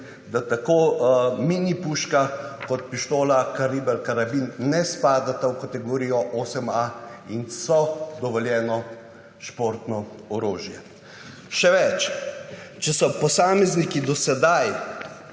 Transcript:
da tako mini puška kot pištola kaliber »karabin« ne spadata v kategorijo 8a in so dovoljeno športno orožje. Še več. Če so posamezniki do sedaj